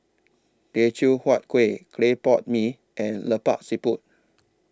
Teochew Huat Kueh Clay Pot Mee and Lemak Siput